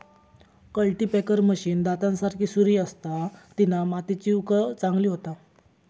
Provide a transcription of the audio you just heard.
cultipacker machine दातांसारी सुरी असता तिना मातीची उकळ चांगली होता